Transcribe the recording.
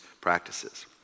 practices